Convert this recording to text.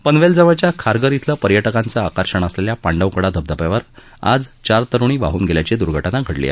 पनवेल जवळच्या खारघर इथलं पर्यटकांचं आकर्षण असलेल्या पांडवकडा धबधब्यावर आज चार तरूणी वाहून गेल्याची दुर्घटना घडली आहे